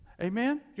Amen